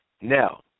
Now